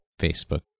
Facebook